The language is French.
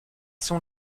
sont